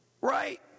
Right